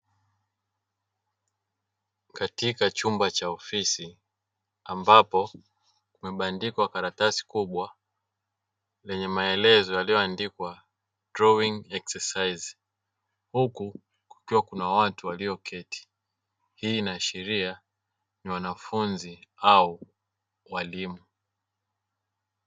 Katika chumba cha ofisi ambapo kumebandikwa karatasi kubwa lenye maelezo yaliyoandikwa "drawing exercise" huku kukiwa na watu walioketi. Hii inaashiria wanafunzi au walimu.